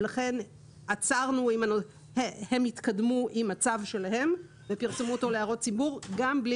לכן הם התקדמו עם הצו שלהם ופרסמו אותו להערות ציבור גם בלי